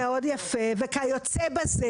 זה מאוד יפה וכיוצא בזה,